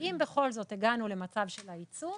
אם בכל זאת הגענו למצב של העיצום,